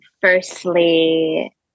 firstly